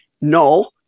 No